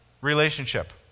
relationship